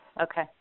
Okay